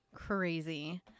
Crazy